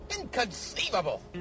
inconceivable